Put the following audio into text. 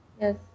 Yes